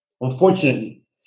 Unfortunately